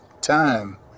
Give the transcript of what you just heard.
time